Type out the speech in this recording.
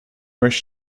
wish